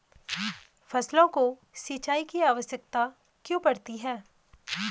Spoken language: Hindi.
फसलों को सिंचाई की आवश्यकता क्यों पड़ती है?